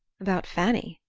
about fanny?